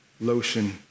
lotion